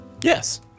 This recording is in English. Yes